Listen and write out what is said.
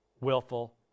willful